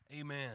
Amen